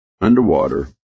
underwater